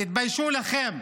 תתביישו לכם.